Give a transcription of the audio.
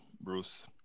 Bruce